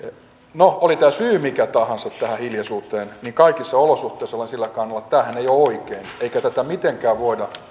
no oli tämä syy mikä tahansa tähän hiljaisuuteen niin kaikissa olosuhteissa olen sillä kannalla että tämähän ei ole oikein eikä tätä mitenkään voida